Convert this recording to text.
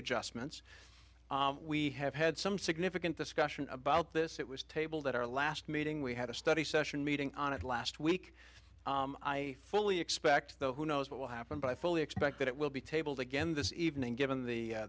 adjustments we have had some significant discussion about this it was tabled at our last meeting we had a study session meeting on it last week i fully expect though who knows what will happen but i fully expect that it will be tabled again this evening given the